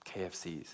KFCs